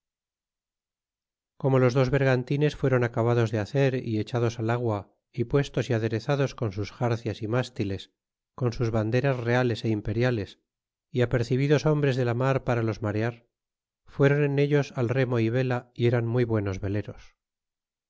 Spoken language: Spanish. como los dos vergantines fueron acabados de hacer y echados al agua y puestos y aderezados con sus xarcias y mástiles con sus vanderas reales e imperiales y apercibidos hombres de la mar para los marear fueron en ellos al remo y vela y eran muy buenos veleros